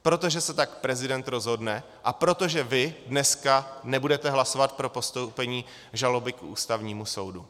Protože se tak prezident rozhodne a protože vy dneska nebudete hlasovat pro postoupení žaloby k Ústavnímu soudu.